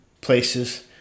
places